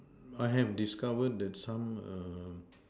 I have discovered that some err